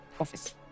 office